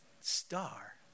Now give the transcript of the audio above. star